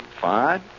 fine